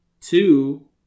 Two